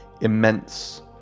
immense